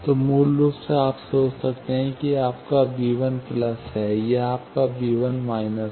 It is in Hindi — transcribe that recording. तो मूल रूप से आप सोच सकते हैं कि यह आपका है यह आपका है